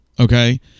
Okay